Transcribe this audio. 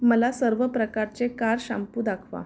मला सर्व प्रकारचे कार शाम्पू दाखवा